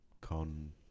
con